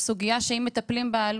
סוגיה שאם מטפלים בה,